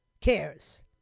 cares